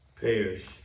perish